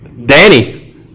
Danny